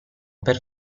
per